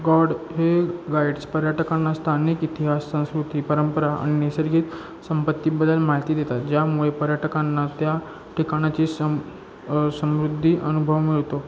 God हे guides पर्यटकांना स्थानिक इतिहास संस्कृती परंपरा आणि नैसर्गिक संपत्तीबद्दल माहिती देतात ज्यामुळे पर्यटकांना त्या ठिकाणाची समृ समृद्धी अनुभव मिळतो